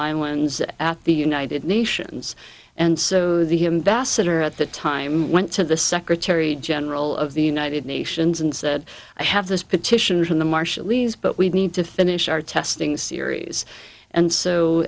islands at the united nations and so the him bassett or at the time went to the secretary general of the united nations and said i have this petition from the marshallese but we need to finish our testing series and so